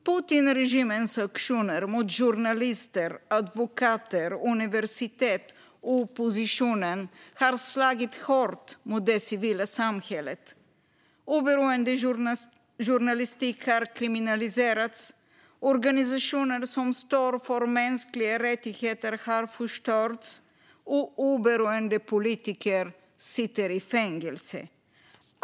Putinregimens aktioner mot journalister, advokater, universitet och opposition har slagit hårt mot det civila samhället. Oberoende journalistik har kriminaliserats, organisationer som står för mänskliga rättigheter har förstörts och oberoende politiker sitter i fängelse.